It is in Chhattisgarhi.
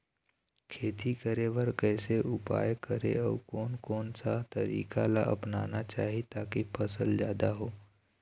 खेती करें बर कैसे उपाय करें अउ कोन कौन सा तरीका ला अपनाना चाही ताकि फसल जादा हो?